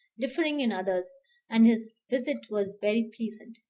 differing in others and his visit was very pleasant.